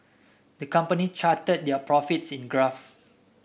the company charted their profits in a graph